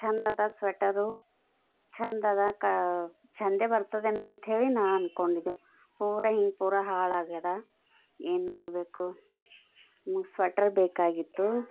ಚೆಂದದ ಸ್ವೆಟರು ಚೆಂದದ ಕ ಚೆಂದೇ ಬರ್ತದೇನೋ ಅಂಥೇಳಿ ನಾ ಅಂದ್ಕೊಂಡಿದ್ದೇವು ಪೂರ ಹಿಂಗೆ ಪೂರ ಹಾಳಾಗ್ಯದೆ ಏನು ಮಾಡಬೇಕು ಮೂರು ಸ್ವೆಟರ್ರ್ ಬೇಕಾಗಿತ್ತು